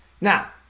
Now